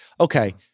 okay